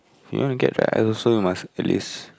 you want to get dry ice also must at least